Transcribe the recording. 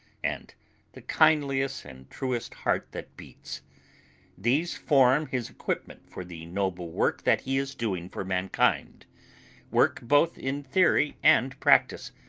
and the kindliest and truest heart that beats these form his equipment for the noble work that he is doing for mankind work both in theory and practice,